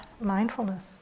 mindfulness